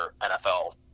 NFL